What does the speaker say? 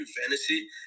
fantasy